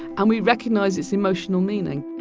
and we recognize its emotional meaning